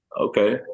Okay